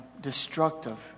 destructive